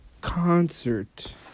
concert